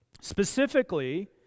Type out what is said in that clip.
Specifically